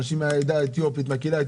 אנשים מהעדה האתיופית.